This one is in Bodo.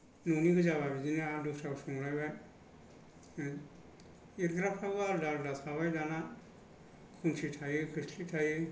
न'नि गोजाब्ला बिदिनो आलादाफ्राव संलायबाय एरग्राफ्राबो आलादा आलादा थाबाय दाना खनसि थायो खोस्लि थायो